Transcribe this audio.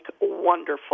wonderful